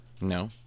No